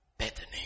Bethany